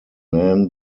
man